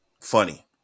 funny